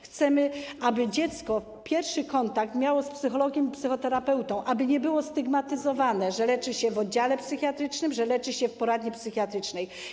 Chcemy, aby dziecko miało pierwszy kontakt z psychologiem i psychoterapeutą, aby nie było stygmatyzowane, że leczy się w oddziale psychiatrycznym, że leczy się w poradni psychiatrycznej.